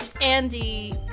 Andy